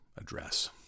address